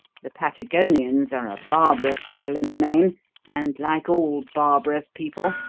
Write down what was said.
the patagonians are a barbarous people in the main and, like all barbarous people,